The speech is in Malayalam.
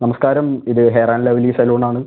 നമസ്കാരം ഇത് ഹെയർ ആൻഡ് ലവ്ലി സലൂണാണ്